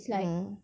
ya